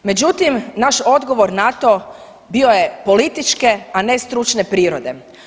Međutim, naš odgovor na to bio je političke, a ne stručne prirode.